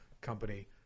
company